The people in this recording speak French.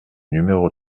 numéro